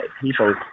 people